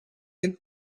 and